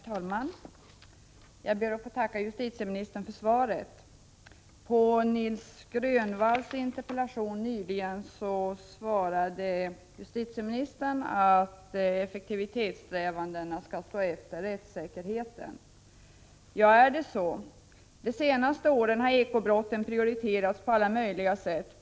Herr talman! Jag ber att få tacka justitieministern för svaret. I svaret på Nic Grönvalls interpellation sade justitieministern att effektivitetssträvandena skall stå efter rättssäkerheten. Ja, är det så? De senaste åren har eko-brotten prioriterats på alla möjliga sätt.